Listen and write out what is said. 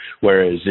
Whereas